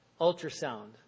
ultrasound